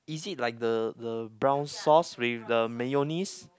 is it like the the brown sauce with the mayonnaise